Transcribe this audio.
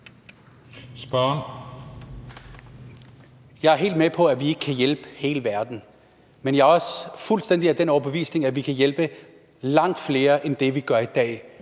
Jeg er helt med på, at vi ikke kan hjælpe hele verden. Men jeg er også fuldstændig af den overbevisning, at vi kan hjælpe langt flere, end vi gør i dag.